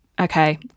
okay